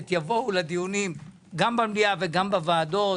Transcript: יבואו לדיונים גם במליאה וגם בוועדות